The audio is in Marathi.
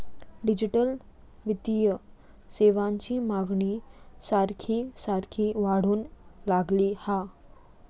डिजिटल वित्तीय सेवांची मागणी सारखी सारखी वाढूक लागली हा